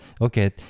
okay